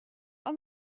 are